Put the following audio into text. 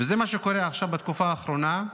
וזה מה שקורה עכשיו, בתקופה האחרונה.